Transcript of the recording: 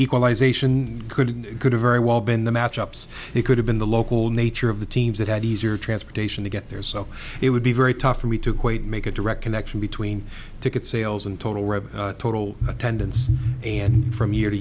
equalization could could have very well been the match ups it could have been the local nature of the teams that had easier transportation to get there so it would be very tough for me to quite make a direct connection between ticket sales and total revenue total attendance and from year to